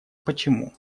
почему